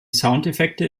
soundeffekte